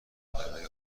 پروری